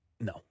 No